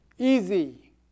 Easy